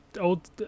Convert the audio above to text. old